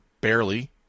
barely